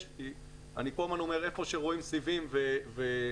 אני כל הזמן אומר שהיכן שרואים סיבים ואנטנות,